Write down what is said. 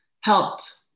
helped